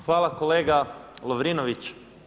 Hvala kolega Lovrinović.